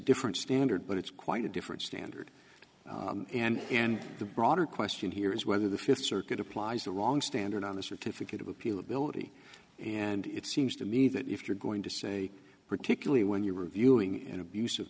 different standard but it's quite a different standard and and the broader question here is whether the fifth circuit applies the wrong standard on the certificate of appeal ability and it seems to me that if you're going to say particularly when you were reviewing an abus